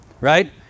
right